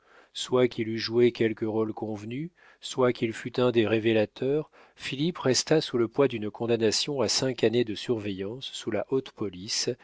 soit qu'il eût joué quelque rôle convenu soit qu'il fût un des révélateurs philippe resta sous le poids d'une condamnation à cinq années de surveillance sous la haute police